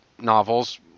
novels